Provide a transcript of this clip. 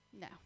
No